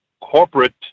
corporate